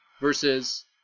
versus